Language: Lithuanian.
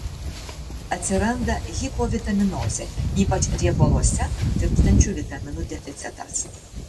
atsiranda hipovitaminozė ypač riebaluose tirpstančių vitaminų deficitas